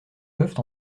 peuvent